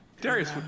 Darius